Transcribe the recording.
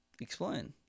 Explain